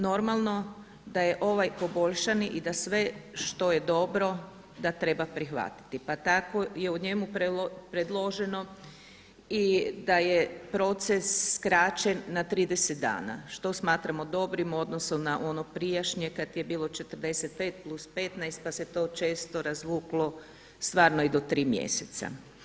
Normalno da je ovaj poboljšani i da sve što je dobro da treba prihvatiti, pa tako je u njemu predloženo i da je proces skraćen na 30 dana što smatramo dobrim u odnosu na ono prijašnje kad je bilo 45 plus 15 pa se to često razvuklo stvarno i do 3 mjeseca.